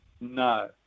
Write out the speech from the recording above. No